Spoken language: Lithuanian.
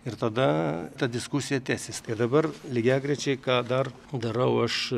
ir tada ta diskusija tęsis tai dabar lygiagrečiai ką dar darau aš